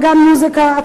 נגן מוזיקה,